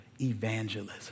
evangelism